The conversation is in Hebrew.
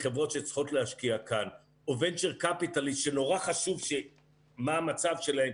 חברות שצריכות להשקיע כאן או venture capital שנורא חשוב מה המצב שלהן,